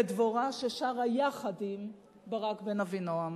ודבורה, ששרה יחד עם ברק בן אבינעם.